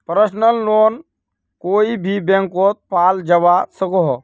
personal loan कोए भी बैंकोत पाल जवा सकोह